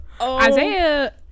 isaiah